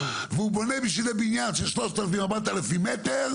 והוא בונה בשביל זה בניין 3,000 או 4,000 מטר,